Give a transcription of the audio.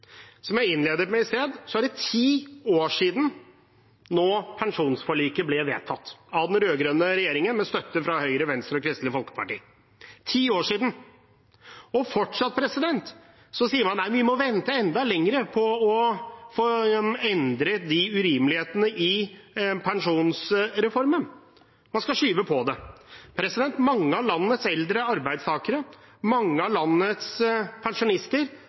Som jeg innledet med i sted, er det nå ti år siden pensjonsforliket ble vedtatt av den rød-grønne regjeringen med støtte fra Høyre, Venstre og Kristelig Folkeparti – ti år siden. Og fortsatt sier man: Nei, vi må vente enda lenger på å få endret de urimelighetene i pensjonsreformen. Man skal skyve på det. Mange av landets eldre arbeidstakere, mange av landets pensjonister,